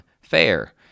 fair